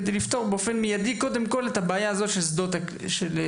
כדי לפתור מיידית קודם כול את הבעיה של השדות הקליניים?